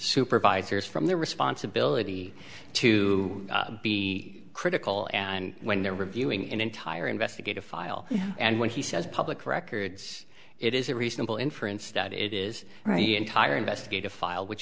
supervisors from their responsibility to be critical and when they're reviewing an entire investigative file and when he says public records it is a reasonable inference that it is right higher investigative file which